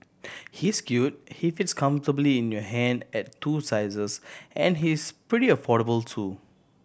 he's cute he fits comfortably in your hand at two sizes and he's pretty affordable too